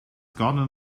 gotten